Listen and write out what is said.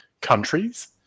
countries